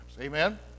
Amen